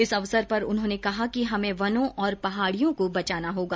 इस अवसर पर उन्होंने कहा कि हमे वनों और पहाडियों को बचाना होगा